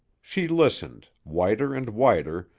she listened, whiter and whiter,